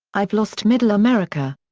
i've lost middle america.